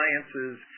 sciences